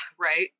right